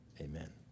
amen